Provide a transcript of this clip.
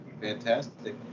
fantastic